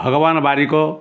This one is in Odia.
ଭଗବାନ ବାରିକ